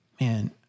man